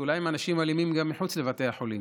אולי הם אנשים אלימים גם מחוץ לבתי החולים,